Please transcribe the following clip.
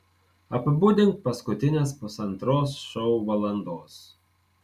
apibūdink paskutines pusantros šou valandos